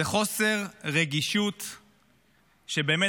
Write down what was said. זהו חוסר רגישות שבאמת,